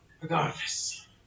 Regardless